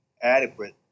adequate